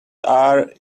are